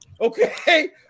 Okay